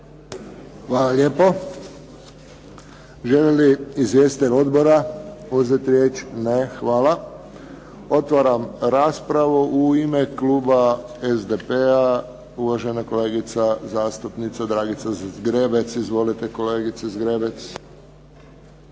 Hvala lijepo. Želi li izvjestitelj odbora uzeti riječ? Ne. Hvala. Otvaram raspravu. U ime kluba SDP-a uvažena kolegica zastupnica Dragica Zgrebec. Izvolite kolegice Zgrebec.